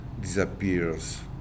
disappears